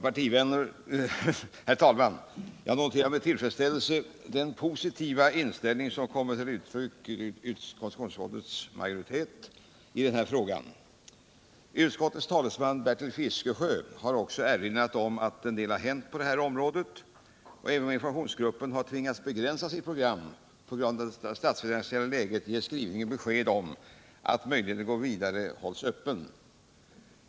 Herr talman! Jag noterar med tillfredsställelse den positiva inställning som kommer till uttryck hos konstitutionsutskottets majoritet i denna fråga. Utskottets talesman Bertil Fiskesjö har också erinrat om att en del har hänt på området, och även om informatioasgruppen har tvingats begränsa sitt program på grund av det statsfinansiella läget ger skrivningen besked om att möjligheten att gå vidare hålls öppen.